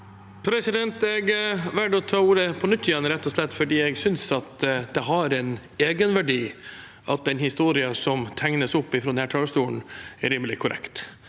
Jeg velger å ta ordet på nytt rett og slett fordi jeg synes det har en egenverdi at den historien som tegnes opp fra denne talerstolen, er rimelig korrekt.